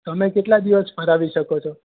તમે કેટલા દિવસ ફેરવી શકો છો